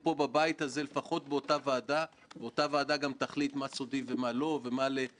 להוציא מכתבי אזהרה למי שעומד להיות מבוקר.